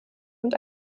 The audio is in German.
und